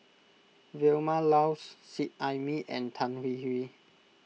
Vilma Laus Seet Ai Mee and Tan Hwee Hwee